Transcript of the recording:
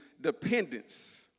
dependence